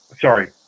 Sorry